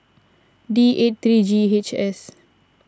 D eight three G H S